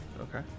Okay